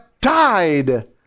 died